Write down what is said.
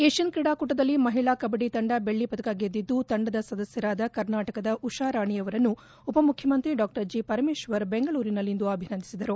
Asian ಕ್ರೀಡಾಕೂಟದಲ್ಲಿ ಮಹಿಳಾ ಕಬ್ಬಡಿ ತಂಡ ಬೆಳ್ಳಿ ಪದಕ ಗೆದ್ದಿದ್ದು ತಂಡದ ಸದಸ್ಯರಾದ ಕರ್ನಾಟಕದ ಉಷಾರಾಣಿಯವರನ್ನು ಉಪಮುಖ್ಯಮಂತ್ರಿ ಬೆಂಗಳೂರಿನಲ್ಲಿಂದು ಅಭಿನಂದಿಸಿದರು